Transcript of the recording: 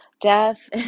Death